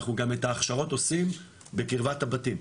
אנחנו גם את ההכשרות עושים בקירבת הבתים.